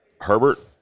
Herbert